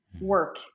work